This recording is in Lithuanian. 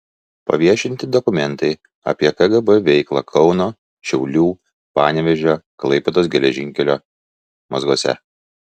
paviešinti dokumentai apie kgb veiklą kauno šiaulių panevėžio klaipėdos geležinkelio mazguose